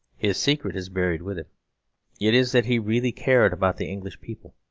his secret is buried with him it is that he really cared about the english people.